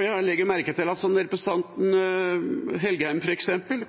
Jeg legger merke til at representanten Engen-Helgheim, f.eks.,